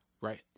right